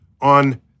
on